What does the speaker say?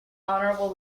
honorable